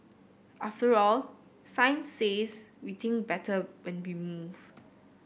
after all science says we think better when we move